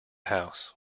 house